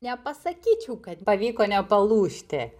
nepasakyčiau kad pavyko nepalūžti